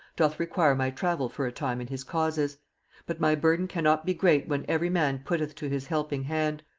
doth require my travel for a time in his causes but my burden cannot be great when every man putteth to his helping hand.